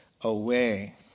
away